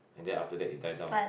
and then after that it die down